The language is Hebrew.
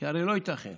כי הרי לא ייתכן